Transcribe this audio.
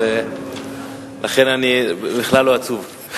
לכן אני בכלל לא עצוב.